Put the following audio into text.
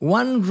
one